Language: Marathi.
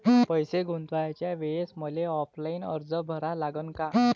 पैसे गुंतवाच्या वेळेसं मले ऑफलाईन अर्ज भरा लागन का?